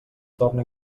torna